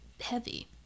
heavy